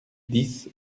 dix